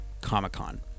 Comic-Con